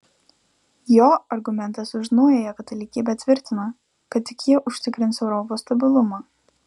jo argumentas už naująją katalikybę tvirtina kad tik ji užtikrins europos stabilumą